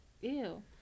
Ew